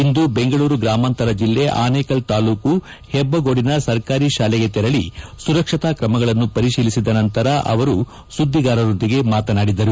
ಇಂದು ಬೆಂಗಳೂರು ಗ್ರಾಮಾಂತರ ಬಿಲ್ಲೆ ಆನೇಕಲ್ ತಾಲ್ಲೂಕು ಹೆಬ್ಬಗೋಡಿನ ಸರ್ಕಾರಿ ಶಾಲೆಗೆ ತೆರಳಿ ಸುರಕ್ಷತ್ರಾ ಕ್ರಮಗಳನ್ನು ಪರಿಶೀಲಿಸಿದ ನಂತರ ಅವರು ಸುದ್ದಿಗಾರರೊಂದಿಗೆ ಮಾತನಾಡಿದರು